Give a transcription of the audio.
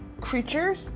creatures